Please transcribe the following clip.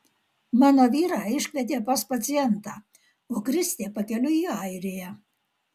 mano vyrą iškvietė pas pacientą o kristė pakeliui į airiją